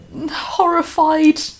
horrified